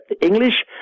English